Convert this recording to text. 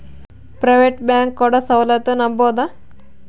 Private bank ಕೊಡೊ ಸೌಲತ್ತು ನಂಬಬೋದ?